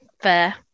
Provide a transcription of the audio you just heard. Fair